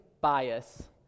bias